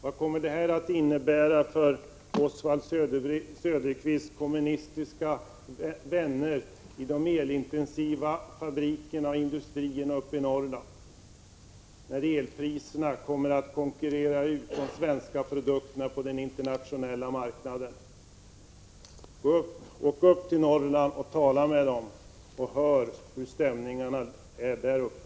Vad kommer det att innebära för Oswald Söderqvists kommunistiska vänner i de elintensiva fabrikerna och industrierna i norr när elpriserna konkurrerar ut de svenska produkterna på den internationella marknaden? Åk upp till Norrland och hör hur stämningarna är där uppe!